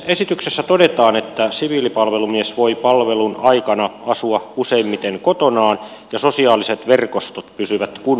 esityksessä todetaan että siviilipalvelumies voi palvelun aikana asua useimmiten kotonaan ja sosiaaliset verkostot pysyvät kunnossa